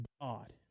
God